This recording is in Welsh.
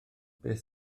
beth